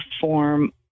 form